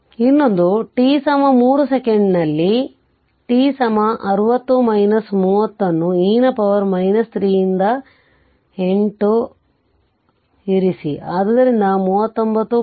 ಇನ್ನೊಂದು t 3 ಸೆಕೆಂಡಿನಲ್ಲಿಇಲ್ಲಿ t 60 30 ಅನ್ನು e ನ ಪವರ್ 3 ರಿಂದ 8 ರಿಂದ ಇರಿಸಿ ಆದ್ದರಿಂದ 39